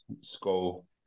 school